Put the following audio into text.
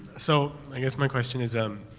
so i guess my questions is, um,